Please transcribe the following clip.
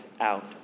out